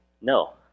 no